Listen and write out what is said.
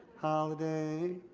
holiday,